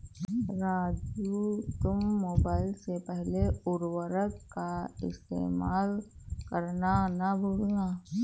राजू तुम मोबाइल से पहले उर्वरक का इस्तेमाल करना ना भूलना